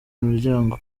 imiryango